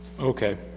Okay